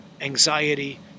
anxiety